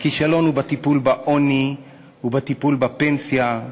הכישלון הוא בטיפול בעוני ובטיפול בפנסיה,